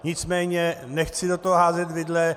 Nicméně nechci do toho házet vidle.